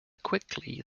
quickly